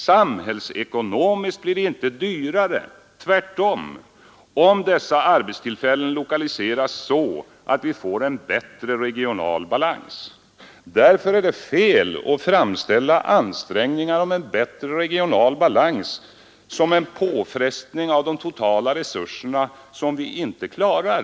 Samhällsekonomiskt blir det inte dyrare, tvärtom, om dessa arbetstillfällen lokaliseras så att vi får en bättre regional balans. Därför är det fel att påstå att våra förslag om en bättre regional balans skulle utgöra en påfrestning av de totala resurserna som vi inte klarar.